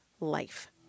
life